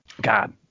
God